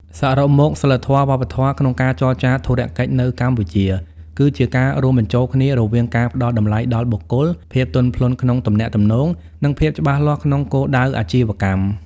សរុបមក សីលធម៌វប្បធម៌ក្នុងការចរចាធុរកិច្ចនៅកម្ពុជា គឺជាការរួមបញ្ចូលគ្នារវាងការផ្តល់តម្លៃដល់បុគ្គល ភាពទន់ភ្លន់ក្នុងទំនាក់ទំនង និងភាពច្បាស់លាស់ក្នុងគោលដៅអាជីវកម្ម។